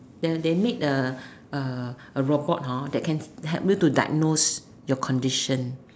there they make the robot hor that can help you to diagnose your condition